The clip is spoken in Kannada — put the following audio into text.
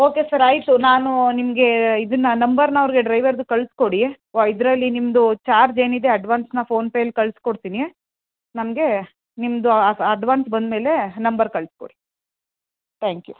ಓಕೆ ಸರ್ ಆಯಿತು ನಾನು ನಿಮಗೆ ಇದನ್ನು ನಂಬರನ್ನ ಅವ್ರಿಗೆ ಡ್ರೈವರದ್ದು ಕಳಿಸ್ಕೊಡಿ ವ ಇದರಲ್ಲಿ ನಿಮ್ಮದು ಚಾರ್ಜ್ ಏನಿದೆ ಅಡ್ವಾನ್ಸನ್ನ ಫೋನ್ಪೇಲಿ ಕಳ್ಸ್ಕೊಡ್ತೀನಿ ನಮಗೆ ನಿಮ್ಮದು ಆಫ ಅಡ್ವಾನ್ಸ್ ಬಂದಮೇಲೆ ನಂಬರ್ ಕಳಿಸ್ಕೊಡಿ ತ್ಯಾಂಕ್ ಯು